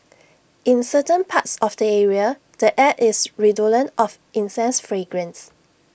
in certain parts of the area the air is redolent of incense fragrance